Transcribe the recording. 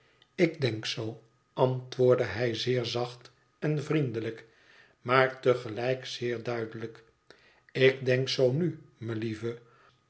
ik denk zoo antwoordde hij zeer zacht en vriendelijk maar te gelijk zeer duidelijk ik denk zoo nu melieve